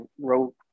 wrote